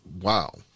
wow